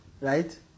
right